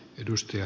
puhemies